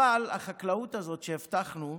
אבל החקלאות הזו שהבטחנו,